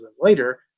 later